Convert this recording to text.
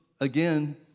again